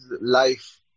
life